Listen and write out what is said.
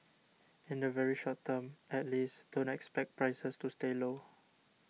in the very short term at least don't expect prices to stay low